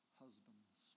husbands